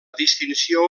distinció